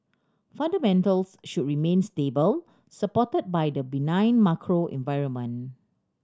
fundamentals should remain stable supported by the benign macro environment